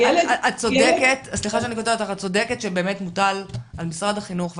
את צודקת שבאמת מוטל על משרד החינוך,